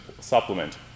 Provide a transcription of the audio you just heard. supplement